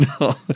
No